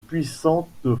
puissante